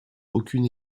aucune